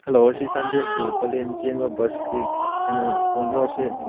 hello ꯁꯤ Chandel to Pallel ꯆꯦꯟꯕ ꯕꯁꯀꯤ ꯀꯩꯅꯣ ꯐꯣꯟꯂꯣ ꯑꯁꯤ